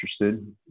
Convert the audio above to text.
interested